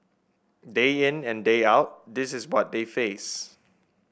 day in and day out this is what they face